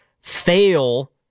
fail